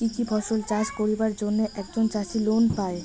কি কি ফসল চাষ করিবার জন্যে একজন চাষী লোন পায়?